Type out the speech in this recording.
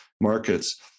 markets